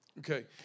Okay